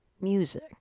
music